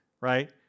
right